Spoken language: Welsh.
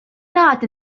nhad